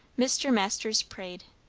mr. masters prayed,